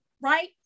right